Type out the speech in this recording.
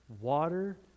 water